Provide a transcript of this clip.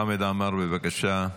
חמד עמאר, בבקשה.